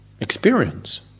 Experience